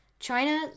China